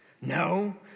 No